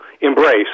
embrace